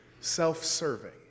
self-serving